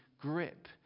grip